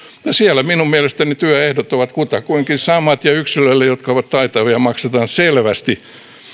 ja siellä minun mielestäni työehdot ovat kutakuinkin samat ja yksilöille jotka ovat taitavia maksetaan selvästi